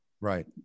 Right